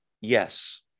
Yes